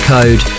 Code